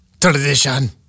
Tradition